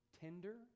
tender